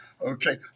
Okay